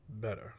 better